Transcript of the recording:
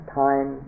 time